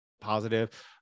positive